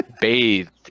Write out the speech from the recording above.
bathed